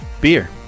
beer